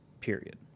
period